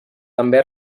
també